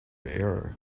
error